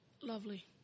lovely